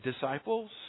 disciples